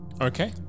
Okay